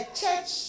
church